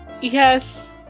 Yes